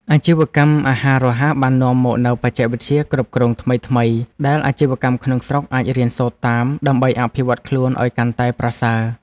អាជីវកម្មអាហាររហ័សបាននាំមកនូវបច្ចេកវិទ្យាគ្រប់គ្រងថ្មីៗដែលអាជីវករក្នុងស្រុកអាចរៀនសូត្រតាម ដើម្បីអភិវឌ្ឍខ្លួនឲ្យកាន់តែប្រសើរ។